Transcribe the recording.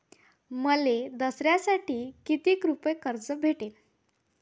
मले दसऱ्यासाठी कितीक रुपये कर्ज भेटन?